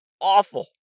awful